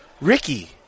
Ricky